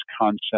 concept